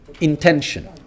intention